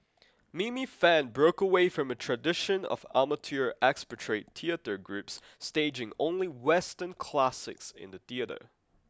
Mini Fan broke away from a tradition of amateur expatriate theatre groups staging only western classics in the theatre